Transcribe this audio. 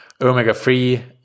omega-3